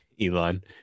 Elon